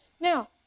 Now